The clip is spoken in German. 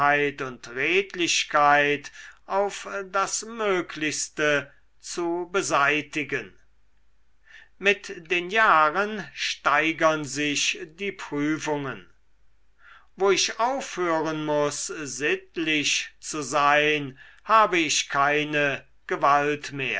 und redlichkeit auf das möglichste zu beseitigen mit den jahren steigern sich die prüfungen wo ich aufhören muß sittlich zu sein habe ich keine gewalt mehr